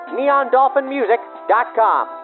NeonDolphinMusic.com